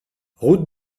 route